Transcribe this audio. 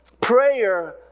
prayer